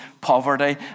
poverty